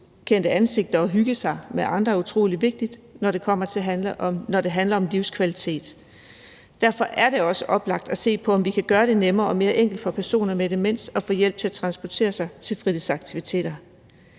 kendte ansigter og hygge sig med andre er utrolig vigtigt, når det handler om livskvalitet. Derfor er det også oplagt at se på, om vi kan gøre det nemmere og mere enkelt for personer med demens at få hjælp til at transportere sig til fritidsaktiviteter.